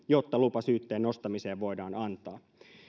jotta lupa syytteen nostamiseen voidaan antaa